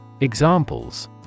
Examples